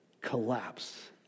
collapse